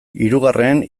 hirugarren